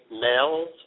males